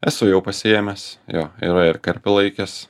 esu jau pasiėmęs jo yra ir karpį laikęs